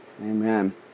Amen